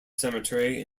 cemetery